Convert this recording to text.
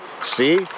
see